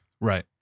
right